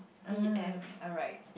uh alright